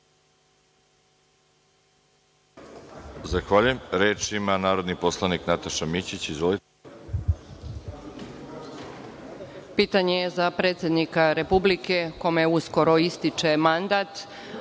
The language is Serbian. Zahvaljujem. Reč ima narodni poslanik Nataša Mićić. Izvolite. **Nataša Mićić** Pitanje za predsednika Republike kome uskoro ističe mandat,